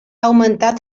augmentat